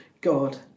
God